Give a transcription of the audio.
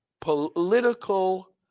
political